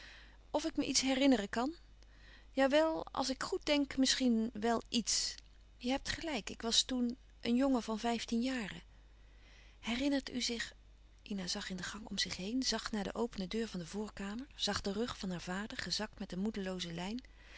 of ik me iets herinneren kan ja wèl als ik goed denk misschien wel iets je hebt gelijk ik was toen een jongen van vijftien jaren herinnert u zich ina zag in de gang om zich heen zag naar de opene deur van de voorkamer zag den rug van haar vader gezakt met een moedelooze lijn